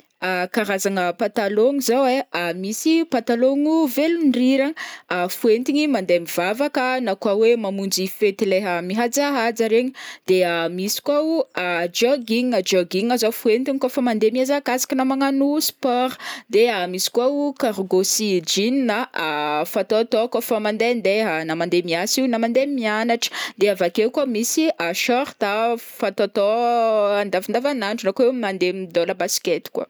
Karazagna patalon-gno zao e misy patalon-gno velondriragna foentigny mandeha mivavaka na koa hoe mamonjy fety leha mihajahaja regny, de misy koa jogging, jogging zao fihoentigny kaofa mande mihazakazaka na koa magnagno sport, deha misy koa cargo sy jean fataotao kaofa mandehandeha na mande miasa io na mande mianatra, de avake koa misy short fataotao andavindavanandro, na koa io mandeha midôla baskety koa.